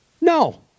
No